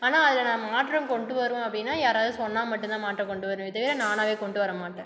ஆனால் அதில் நான் மாற்றம் கொண்டு வருவேன் அப்படினா யாராவது சொன்னால் மட்டும் தான் மாற்றம் கொண்டு வருவேனே தவிர நானாகவே கொண்டு வரமாட்டேன்